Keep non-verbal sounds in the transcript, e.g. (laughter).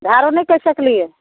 (unintelligible)